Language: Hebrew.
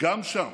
גם שם,